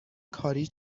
کاری